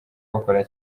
bakora